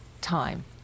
time